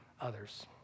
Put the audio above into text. others